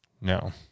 No